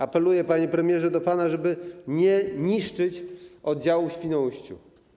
Apeluję, panie premierze, do pana, żeby nie niszczyć oddziału w Świnoujściu.